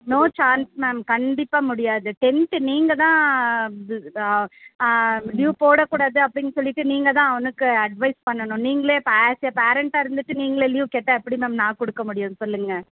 no chance ma'am கண்டிப்பாக முடியாது tenth நீங்கள் தான் லீவ் போடக்கூடாது அப்படின்னு சொல்லிவிட்டு நீங்கள் தான் அவனுக்கு அட்வைஸ் பண்ணணும் நீங்களே இப்போ ஆஸ் எ பேரெண்ட்டாக இருந்துட்டு நீங்களே லீவ் கேட்டால் எப்படி மேம் நான் கொடுக்க முடியும் சொல்லுங்கள்